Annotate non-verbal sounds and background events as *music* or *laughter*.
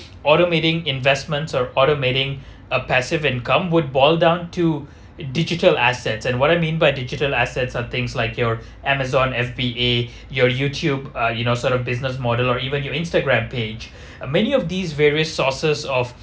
automating investments are automating a passive income would boil down to digital assets and what do I mean by digital assets are things like your Amazon F_B_A your YouTube uh you know sort of business model or even your Instagram page *breath* uh many of these various sources of